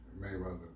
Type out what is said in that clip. Mayweather